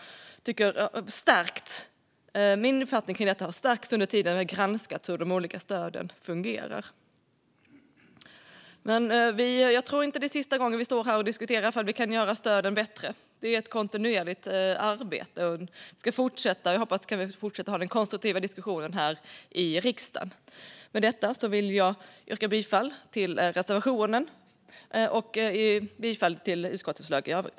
Min uppfattning kring detta har stärkts under den tid som vi har granskat hur de olika stöden fungerar. Jag tror inte att det är sista gången vi står här och diskuterar om vi kan göra stöden bättre. Det är ett kontinuerligt arbete, och jag hoppas att vi kan fortsätta att ha en konstruktiv diskussion i riksdagen. Med detta vill jag yrka bifall till reservationen och bifall till utskottets förslag i övrigt.